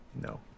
No